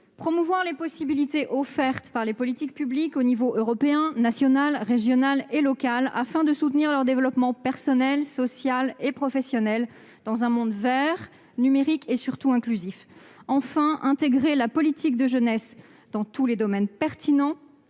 promouvoir les possibilités offertes par les politiques publiques, au niveau européen, national, régional et local, afin de soutenir leur développement personnel, social et professionnel dans un monde vert, numérique et, surtout, inclusif. Enfin, il s'agit d'intégrer la politique de jeunesse dans tous les domaines pertinents